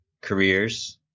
careers